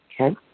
Okay